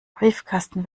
briefkasten